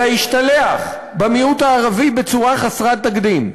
אלא השתלח במיעוט הערבי בצורה חסרת תקדים,